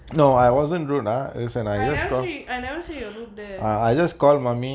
I never say I never say you route there